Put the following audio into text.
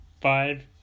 Five